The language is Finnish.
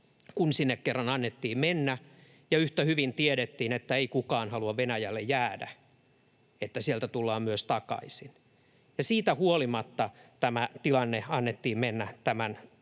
kun sinne kerran annettiin mennä, ja yhtä hyvin tiedettiin, että ei kukaan halua Venäjälle jäädä, että sieltä tullaan myös takaisin, ja siitä huolimatta tilanteen annettiin mennä tämänlaiseksi.